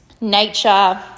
nature